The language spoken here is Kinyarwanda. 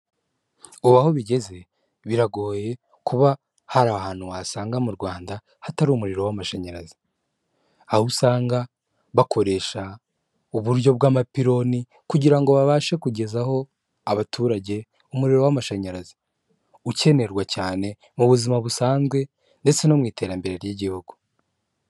Uba aho bigeze biragoye kuba hari ahantu wasanga mu Rwanda hatari umuriro w'amashanyarazi, aho usanga bakoresha uburyo bw'amapironi kugira ngo babashe kugezaho abaturage umuriro w'amashanyarazi ukenerwa cyane mu buzima busanzwe ndetse no mu iterambere ry'igihugu.